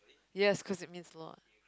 yes cause it means a lot